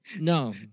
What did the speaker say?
No